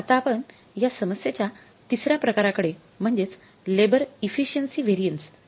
आता आपण या समस्येच्या तिसर्या प्रकाराकडे म्हणजेच लेबर इफिशिएन्सी व्हॅरियन्स बद्दल पाहू